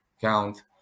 count